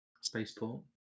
Spaceport